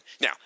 Now